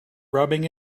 rubbing